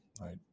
right